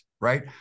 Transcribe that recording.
right